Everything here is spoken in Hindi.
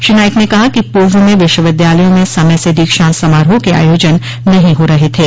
श्री नाईक ने कहा कि पूर्व में विश्वविद्यालयों में समय से दीक्षान्त समारोह के आयोजन नहीं हो रहे थे